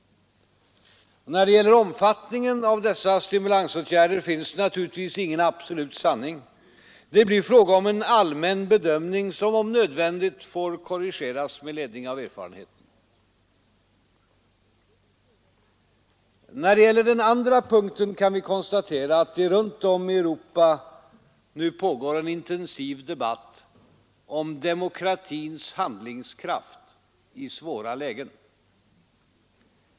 När det gäller omfattningen av dessa stimulansåtgärder finns det naturligtvis ingen absolut sanning; det blir fråga om en allmän bedömning som, om nödvändigt, får korrigeras med ledning av erfarenheten. När det gäller den andra punkten kan vi konstatera att det runt om is Europa nu pågår en intensiv debatt om demokratins handlingskraft i svåra lägen.